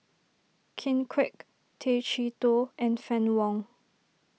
Ken Kwek Tay Chee Toh and Fann Wong